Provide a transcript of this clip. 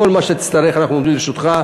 בכל מה שתצטרך אנחנו עומדים לרשותך.